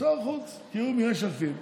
שר החוץ, שהוא מיש עתיד.